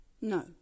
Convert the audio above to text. No